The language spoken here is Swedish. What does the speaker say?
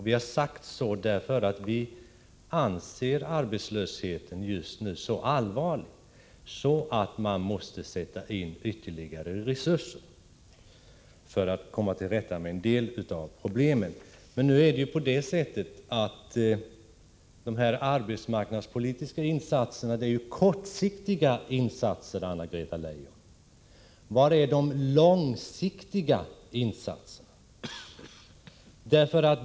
Vi har sagt så därför att vi anser att arbetslöshetsproblemen just nu är så allvarliga att man måste sätta in ytterligare resurser för att komma till rätta med en del av dem. De arbetsmarknadspolitiska insatser som gjorts är emellertid kortsiktiga, Anna-Greta Leijon. Var är de långsiktiga insatserna?